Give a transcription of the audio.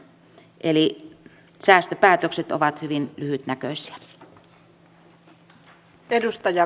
eli säästöpäätökset ovat hyvin lyhytnäköisiä